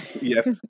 Yes